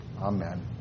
Amen